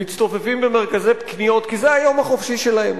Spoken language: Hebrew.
מצטופפים במרכזי קניות כי זה היום החופשי שלהם,